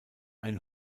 ein